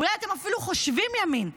אולי אתם אפילו חושבים ימין,